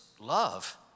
love